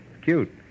Cute